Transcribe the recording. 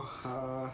oh